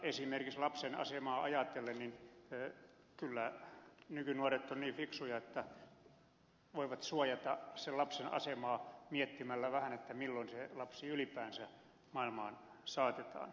esimerkiksi lapsen asemaa ajatellen kyllä nykynuoret ovat niin fiksuja että voivat suojata lapsen asemaa miettimällä vähän milloin se lapsi ylipäänsä maailmaan saatetaan